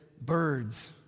birds